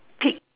peek